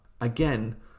Again